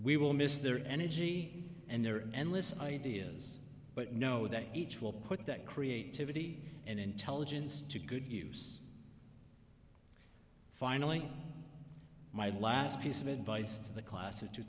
we will miss their energy and their endless ideas but know that each will put that creativity and intelligence to good use finally my last piece of advice to the class of two